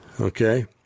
Okay